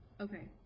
Okay